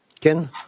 Ken